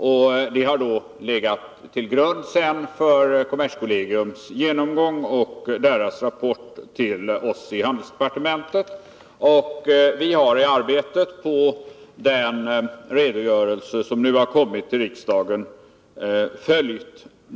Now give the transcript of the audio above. Detta har sedan legat till grund för kommerskollegiums genomgång och rapport till oss i handelsdepartementet. Vi har följt dessa utgångspunkter i arbetet på den redogörelse som nu har kommit till riksdagen.